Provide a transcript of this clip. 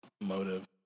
motive